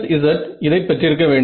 Z இதை பெற்றிருக்க வேண்டும்